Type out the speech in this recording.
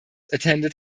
attended